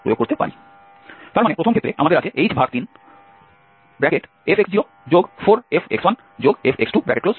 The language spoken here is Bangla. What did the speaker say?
তার মানে প্রথম ক্ষেত্রে আমাদের আছে h3fx04fx1fx2